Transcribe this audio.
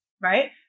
right